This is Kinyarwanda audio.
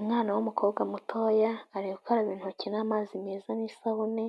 Umwana w'umukobwa mutoya ari gukaraba intoki n'amazi meza n'isabune